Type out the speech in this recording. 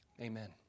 Amen